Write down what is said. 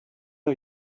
are